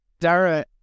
Dara